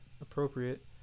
appropriate